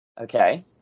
Okay